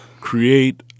create